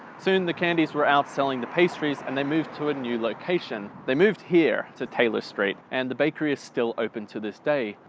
soon the candies were outselling the pastry and they moved to a new location. they moved here to taylor street and the bakery is still open to this day.